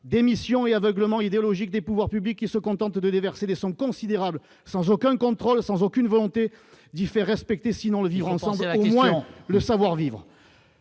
d'émission et aveuglement idéologique des pouvoirs publics et se contente de les verser des sommes considérables sans aucun contrôle, sans aucune volonté d'y faire respecter, sinon le vivre-ensemble au moins le savoir vivre.